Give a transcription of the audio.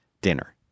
dinner